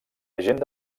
agent